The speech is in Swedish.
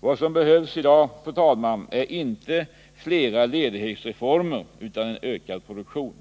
Vad som i dag behövs, fru talman, är inte flera ledighetsreformer utan ökad produktion.